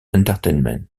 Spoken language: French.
entertainment